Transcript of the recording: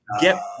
Get